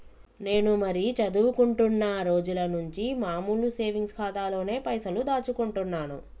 నేను మరీ చదువుకుంటున్నా రోజుల నుంచి మామూలు సేవింగ్స్ ఖాతాలోనే పైసలు దాచుకుంటున్నాను